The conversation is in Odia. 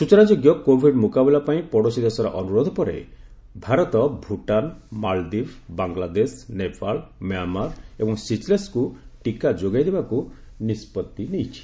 ସୂଚନାଯୋଗ୍ୟ କୋଭିଡ୍ ମୁକାବିଲାପାଇଁ ପଡ଼ୋଶୀ ଦେଶର ଅନୁରୋଧ ପରେ ଭାରତ ଭୁଟାନ୍ ମାଳଦୀପ୍ ବାଂଲାଦେଶ ନେପାଳ ମ୍ୟାମାର ଏବଂ ସିଚେଲ୍ସ୍କୁ ଟିକା ଯୋଗାଇ ଦେବାକୁ ନିଷ୍କଭି ନେଇଛି